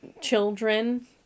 children